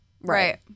Right